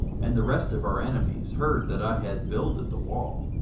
and the rest of our enemies, heard that i had builded the wall,